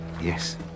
Yes